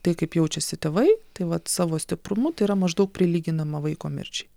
tai kaip jaučiasi tėvai tai vat savo stiprumu tai yra maždaug prilyginama vaiko mirčiai